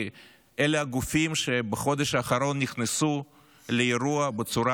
כי אלה הגופים שבחודש האחרון נכנסו לאירוע בצורה